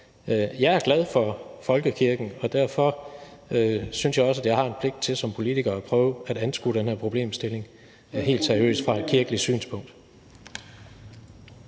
Jeg er glad for folkekirken, og derfor synes jeg også, at jeg som politiker har en pligt til at prøve at anskue den her problemstilling helt seriøst fra et kirkeligt synspunkt.